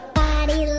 body